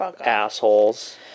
assholes